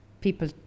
people